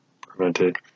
prevented